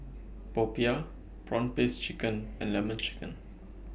Popiah Prawn Paste Chicken and Lemon Chicken